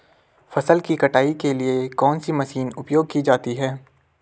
फसल की कटाई के लिए कौन सी मशीन उपयोग की जाती है?